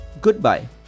goodbye